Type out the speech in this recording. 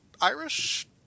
Irish